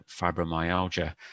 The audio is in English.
fibromyalgia